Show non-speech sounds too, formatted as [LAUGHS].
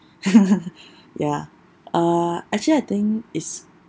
[LAUGHS] ya uh actually I think it's